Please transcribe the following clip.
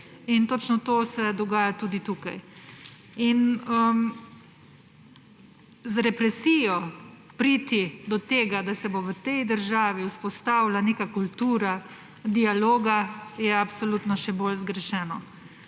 In točno to se dogaja tudi tukaj. Z represijo priti do tega, da se bo v tej državi vzpostavila neka kultura dialoga, je absolutno še bolj zgrešeno.